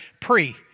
Pre